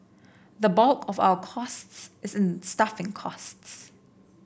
the bulk of our costs is in staffing costs